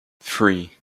three